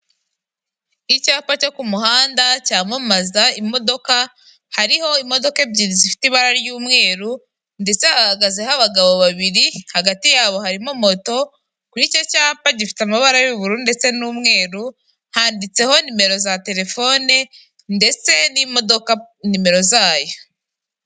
Icyapa cyo ku muhanda cyamamaza imodoka, hariho imodoka ebyiri zifite ibara ry'umweru ndetse hahagazeho abagabo babiri, hagati yabo harimo moto, kuri icyo cyapa gifite amabara y'ubururu ndetse n'umweru, handitseho nimero za telefone ndetse n'imodoka nimero zayo.